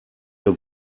der